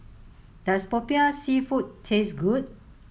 does Popiah Seafood taste good